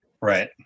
Right